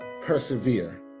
persevere